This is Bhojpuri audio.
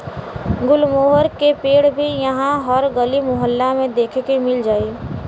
गुलमोहर के पेड़ भी इहा हर गली मोहल्ला में देखे के मिल जाई